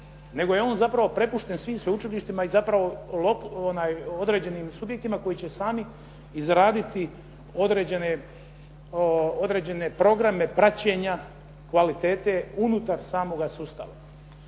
Nego je on zapravo prepušten svim sveučilištima i zapravo određenim subjektima koji će sami izraditi određene programe praćenja kvalitete unutar samoga sustava.